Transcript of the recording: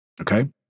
Okay